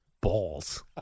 Balls